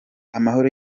amahoro